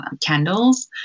candles